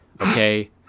Okay